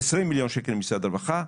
20 מיליון שקל ממשרד הרווחה,